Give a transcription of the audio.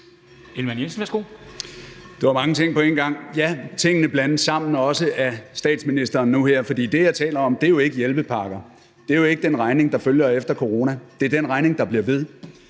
Ellemann-Jensen (V): Det var mange ting på en gang. Ja, tingene blandes sammen og også af statsministeren nu her, for det, jeg taler om, er jo ikke hjælpepakker; det er jo ikke den regning, der følger efter corona. Det er den regning, der bliver ved.